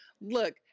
look